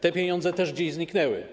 Te pieniądze też gdzieś zniknęły.